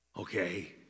Okay